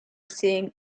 seeing